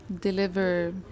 deliver